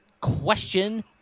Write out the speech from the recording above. question